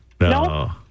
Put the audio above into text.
no